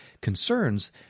concerns